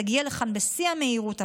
תגיע לכאן בשיא המהירות,